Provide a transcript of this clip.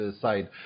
side